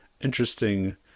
interesting